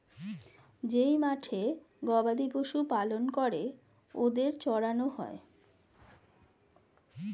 যেই মাঠে গবাদি পশু পালন করে ওদের চড়ানো হয়